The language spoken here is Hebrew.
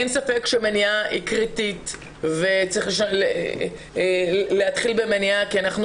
אין ספק שמניעה היא קריטית וצריך להתחיל במניעה כי אנחנו